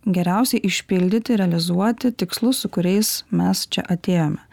geriausiai išpildyti realizuoti tikslus su kuriais mes čia atėjome